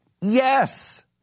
Yes